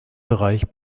bereich